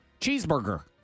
Cheeseburger